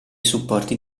supporti